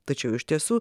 tačiau iš tiesų